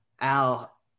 Al